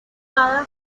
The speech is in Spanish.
cada